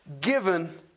given